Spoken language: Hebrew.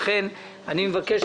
לכן אני מבקש,